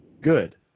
good